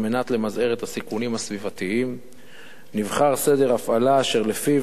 כדי למזער את הסיכונים הסביבתיים נבחר סדר הפעלה אשר לפיו